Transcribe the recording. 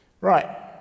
Right